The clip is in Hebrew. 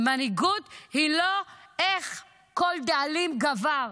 מנהיגות היא לא איך כל דאלים גבר.